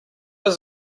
does